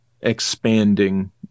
expanding